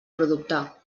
producte